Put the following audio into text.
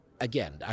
again